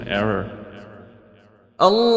error